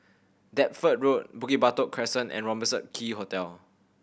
Deptford Road Bukit Batok Crescent and Robertson Quay Hotel